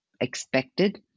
expected